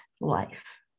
life